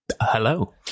Hello